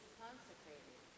consecrated